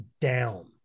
down